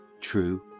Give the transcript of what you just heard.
true